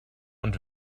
und